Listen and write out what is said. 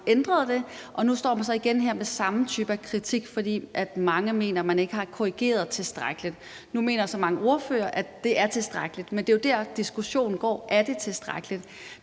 ændret det, og nu står man så igen her med samme type af kritik, fordi mange mener, at man ikke har korrigeret tilstrækkeligt. Nu mener mange ordførere så, at det er tilstrækkeligt, men det er jo der, diskussionen går. Er det tilstrækkeligt?